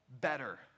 better